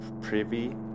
privy